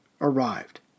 arrived